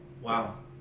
wow